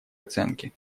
оценки